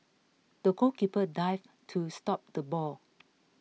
the goalkeeper dived to stop the ball